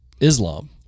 Islam